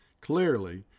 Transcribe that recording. Clearly